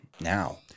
now